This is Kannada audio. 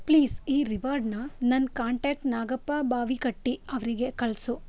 ಪ್ಲೀಸ್ ಈ ರಿವಾರ್ಡನ್ನ ನನ್ನ ಕಾಂಟ್ಯಾಕ್ಟ್ ನಾಗಪ್ಪ ಬಾವಿಕಟ್ಟಿ ಅವರಿಗೆ ಕಳಿಸು